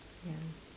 ya